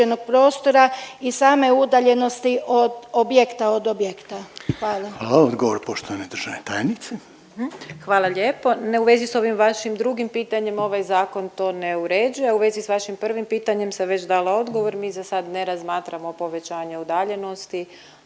i same udaljenosti od objekta od objekta. Hvala. **Reiner, Željko (HDZ)** Hvala. Odgovor poštovane državne tajnice. **Rogić Lugarić, Tereza** Hvala lijepo. Ne u vezi s ovim vašim drugim pitanjem ovaj zakon to ne uređuje, a u vezi s vašim prvim pitanjem sam već dala odgovor. Mi za sad ne razmatramo povećanje udaljenosti